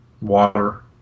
water